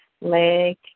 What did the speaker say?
leg